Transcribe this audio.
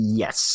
yes